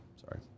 Sorry